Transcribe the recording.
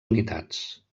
unitats